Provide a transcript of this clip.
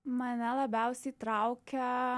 mane labiausiai traukia